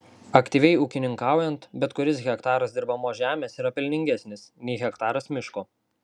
aktyviai ūkininkaujant bet kuris hektaras dirbamos žemės yra pelningesnis nei hektaras miško